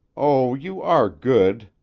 oh, you are good!